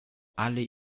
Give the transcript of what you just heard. alle